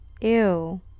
ew